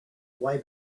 way